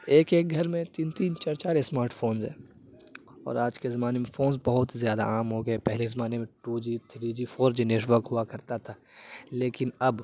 ایک ایک گھر میں تین تین چار چار اسمارٹ فونز ہیں اور آج کے زمانے میں فونز بہت زیادہ عام ہو گیا ہے پہلے زمانے میں two G three G four G network ہوا کرتا تھا لیکن اب